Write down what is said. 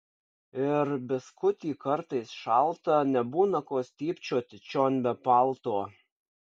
ir biskutį kartais šalta nebūna ko stypčioti čion be palto